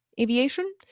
Aviation